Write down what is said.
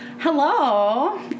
Hello